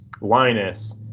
Linus